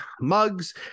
Mugs